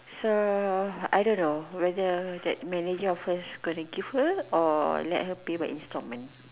so I don't know whether that manager of hers gonna give her or let her pay by installments